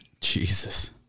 Jesus